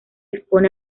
expone